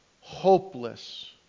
hopeless